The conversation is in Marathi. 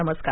नमस्कार